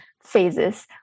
Phases